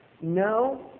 no